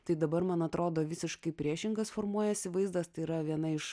tai dabar man atrodo visiškai priešingas formuojasi vaizdas tai yra viena iš